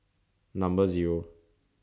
Number Zero